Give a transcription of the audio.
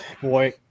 Boy